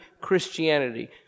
Christianity